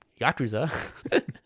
Yakuza